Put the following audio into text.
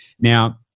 Now